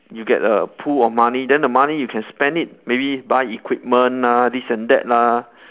you get a pool of money then the money you can spend it maybe buy equipment ah this and that lah